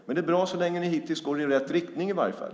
Men det är bra så länge ni går i rätt riktning i varje fall.